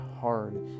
hard